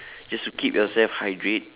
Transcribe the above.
just to keep yourself hydrate